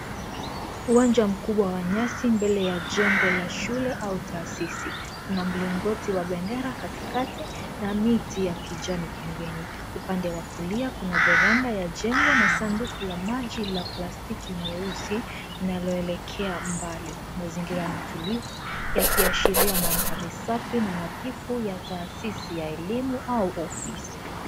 Uwanja mkubwa wa nyasi mbele ya jengo la shule au taasisi. Kuna mlingoti wa bendera katikati na miti ya kijani pembeni. Upande wa kulia kuna (cs)veranda (cs) ya jengo na sanduku la maji la plastiki nyeusi linaloelekea mbali. Mazingira ni tulivu yakiashiria maandhari safi na nadhifu ya taasisi ya elimu au ofisi.